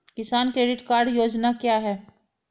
किसान credit card योजना क्या है?